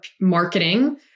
marketing